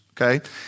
Okay